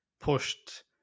pushed